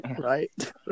Right